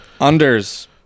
unders